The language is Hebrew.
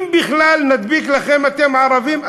אם בכלל נדביק לכם אתם ערבים,